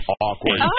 awkward